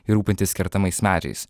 ir rūpintis kertamais medžiais